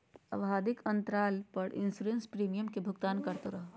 आवधिक अंतराल पर इंसोरेंस प्रीमियम के भुगतान करते रहो